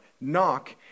Knock